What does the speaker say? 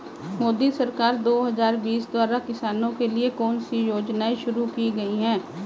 मोदी सरकार दो हज़ार बीस द्वारा किसानों के लिए कौन सी योजनाएं शुरू की गई हैं?